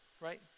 right